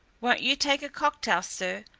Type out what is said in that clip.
won't you take a cocktail, sir,